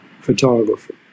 photographer